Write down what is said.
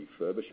refurbishment